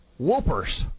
Whoopers